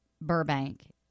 Burbank